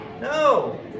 No